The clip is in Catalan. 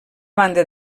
banda